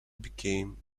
became